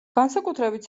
განსაკუთრებით